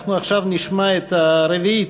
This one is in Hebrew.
אנחנו עכשיו נשמע את הרביעית,